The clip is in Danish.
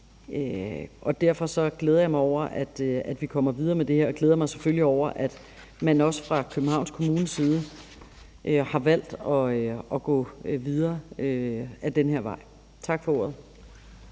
år. Derfor glæder jeg mig over, at vi kommer videre med det, og jeg glæder mig selvfølgelig også over, at men også fra Københavns Kommunes side har valgt at gå videre ad den her vej. Tak for ordet.